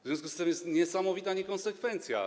W związku z tym jest niesamowita niekonsekwencja.